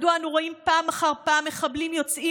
מדוע אנו רואים פעם אחר פעם מחבלים יוצאים